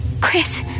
Chris